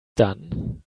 done